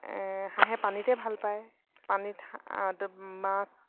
হাঁহে পানীতে ভাল পায় পানীত মাছ